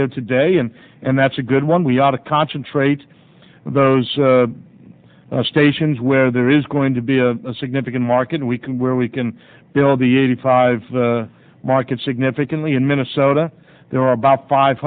there today and and that's a good one we ought to concentrate on those stations where there is going to be a significant market we can where we can build the eighty five the market significantly in minnesota there are about five